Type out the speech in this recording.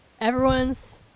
Everyone's